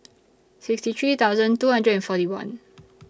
sixty three thousand two hundred and forty one